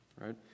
right